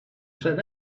said